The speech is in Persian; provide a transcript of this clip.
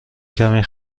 کمی